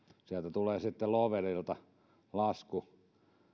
sieltä tulee sitten lowellilta lasku